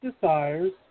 desires